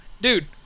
dude